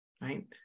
Right